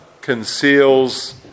conceals